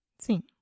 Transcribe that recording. Sim